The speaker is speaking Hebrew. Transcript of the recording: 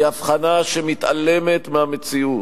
היא הבחנה שמתעלמת מהמציאות.